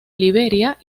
liberia